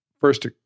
first